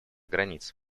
границ